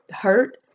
hurt